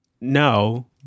no